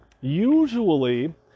usually